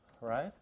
right